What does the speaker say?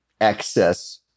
excess